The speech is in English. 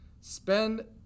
Spend